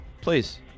Please